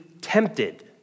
tempted